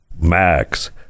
max